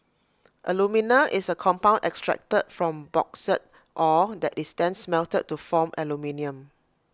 alumina is A compound extracted from bauxite ore that is then smelted to form aluminium